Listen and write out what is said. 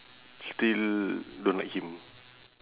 still don't like him